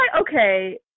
okay